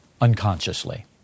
unconsciously